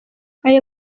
ayo